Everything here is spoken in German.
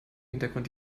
hintergrund